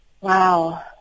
Wow